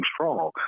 strong